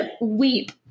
weep